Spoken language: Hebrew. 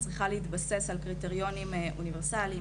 צריכה להתבסס על קריטריונים אוניברסליים,